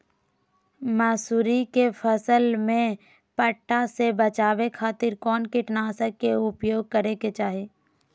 मसूरी के फसल में पट्टा से बचावे खातिर कौन कीटनाशक के उपयोग करे के चाही?